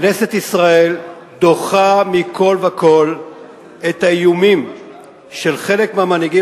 כנסת ישראל דוחה מכול וכול את האיומים של חלק מהמנהיגים